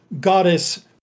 goddess